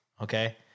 okay